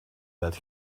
that